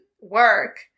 work